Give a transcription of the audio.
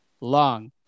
long